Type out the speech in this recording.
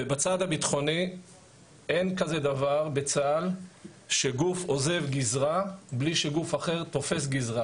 בצד הביטחוני אין כזה דבר בצה"ל שגוף עוזב גזרה בלי שגוף אחר תופס גזרה